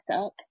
up